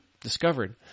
discovered